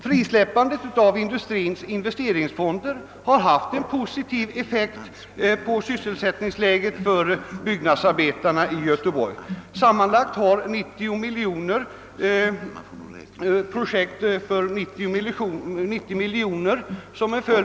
Frisläppandet av industrins investeringsfonder har haft en positiv inverkan på sysselsättningsläget för byggnadsarbetarna i Göteborg. Sammanlagt har projekt för 90 miljoner kronor påbörjats.